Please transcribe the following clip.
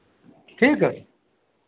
ठीक है